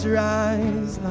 rise